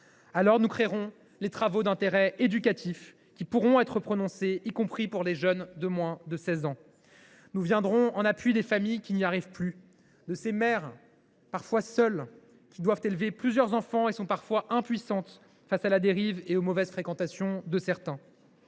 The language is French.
Alors, nous créerons les travaux d’intérêt éducatif : cette peine pourra s’appliquer aux jeunes de moins de 16 ans. Très bien ! Nous viendrons en appui des familles qui n’y arrivent plus, de ces mères, souvent seules, qui doivent élever plusieurs enfants et sont parfois impuissantes face à la dérive et aux mauvaises fréquentations de certains